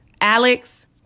Alex